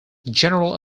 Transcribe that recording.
general